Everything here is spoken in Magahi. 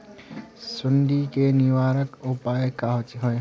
सुंडी के निवारक उपाय का होए?